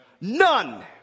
None